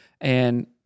And-